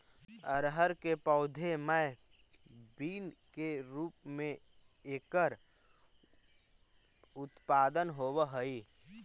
अरहर के पौधे मैं बीन के रूप में एकर उत्पादन होवअ हई